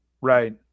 Right